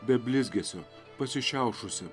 be blizgesio pasišiaušusi